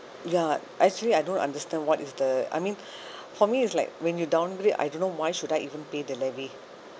ya actually I don't understand what is the I mean for me it's like when you downgrade I don't know why should I even pay the levy